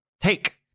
Take